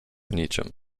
niczym